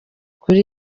kuri